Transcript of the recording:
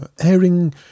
airing